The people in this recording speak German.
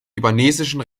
libanesischen